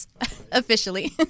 officially